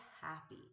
happy